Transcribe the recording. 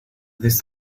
this